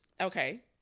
Okay